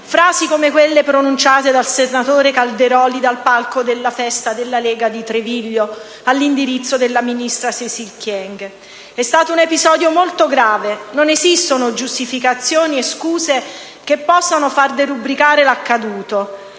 frasi come quelle pronunciate dal senatore Calderoli dal palco della festa della Lega di Treviglio, all'indirizzo della ministra Cécile Kyenge. È stato un episodio molto grave, non esistono giustificazioni e scuse che possano far derubricare l'accaduto.